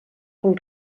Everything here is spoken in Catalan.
pel